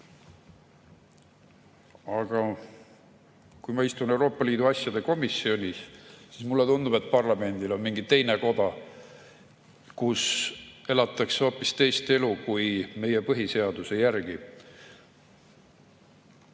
Aga kui ma istun Euroopa Liidu asjade komisjonis, siis mulle tundub, et parlamendil on mingi teine koda, kus elatakse hoopis teist elu kui meie põhiseaduse järgi.